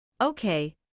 Okay